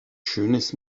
schönes